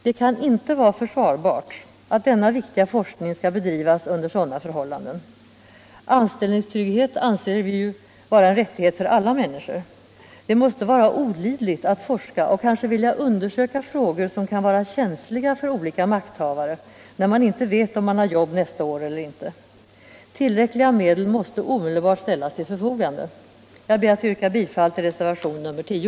Det kan inte vara försvarbart att denna viktiga forskning skall bedrivas under sådana förhållanden. Anställningstrygghet anser vi vara en rättighet för alla människor. Det måste vara olidligt att forska och kanske vilja undersöka frågor som kan vara känsliga för olika makthavare, när man inte vet om man har jobb nästa år. Tillräckliga medel måste omedelbart ställas till förfogande. Jag ber att få yrka bifall till reservationen 10.